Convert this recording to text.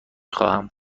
خواهم